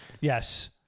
yes